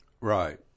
Right